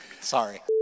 Sorry